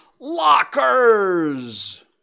LOCKERS